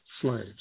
slaves